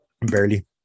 Barely